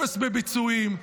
אפס בביצועים.